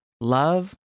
Love